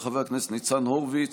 של חבר הכנסת ניצן הורוביץ,